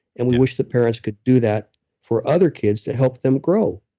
and we wish the parents could do that for other kids to help them grow.